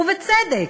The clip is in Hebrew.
ובצדק,